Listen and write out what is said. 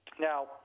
Now